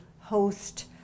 host